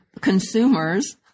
consumers